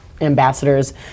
ambassadors